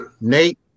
Nate